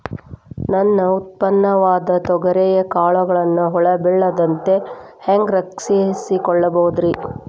ನನ್ನ ಉತ್ಪನ್ನವಾದ ತೊಗರಿಯ ಕಾಳುಗಳನ್ನ ಹುಳ ಬೇಳದಂತೆ ಹ್ಯಾಂಗ ರಕ್ಷಿಸಿಕೊಳ್ಳಬಹುದರೇ?